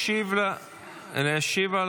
השר כץ,